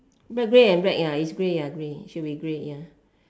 but grey and black ya it's grey ya grey should be grey ya